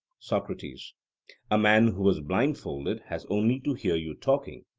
socrates a man who was blindfolded has only to hear you talking,